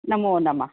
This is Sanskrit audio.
नमो नमः